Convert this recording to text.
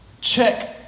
check